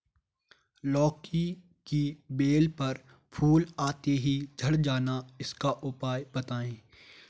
लौकी की बेल पर फूल आते ही झड़ जाना इसका उपाय बताएं?